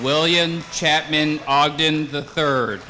william chapman ogden the third